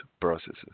processes